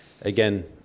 again